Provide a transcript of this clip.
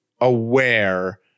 aware